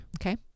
Okay